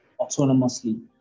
autonomously